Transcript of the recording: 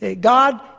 God